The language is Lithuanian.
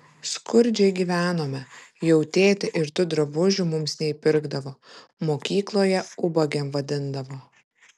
skurdžiai gyvenome jau tėtė ir tų drabužių mums neįpirkdavo mokykloje ubagėm vadindavo